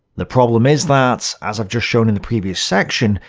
the problem is that, as i've just shown in the previous section,